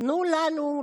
תנו לנו,